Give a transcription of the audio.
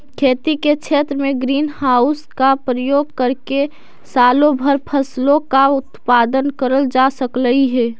खेती के क्षेत्र में ग्रीन हाउस का प्रयोग करके सालों भर फसलों का उत्पादन करल जा सकलई हे